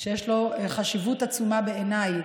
שיש לו חשיבות עצומה בעיניי